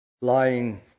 lying